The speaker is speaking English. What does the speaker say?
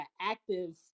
active